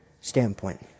standpoint